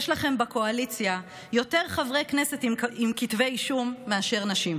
יש לכם בקואליציה יותר חברי כנסת עם כתבי אישום מאשר נשים.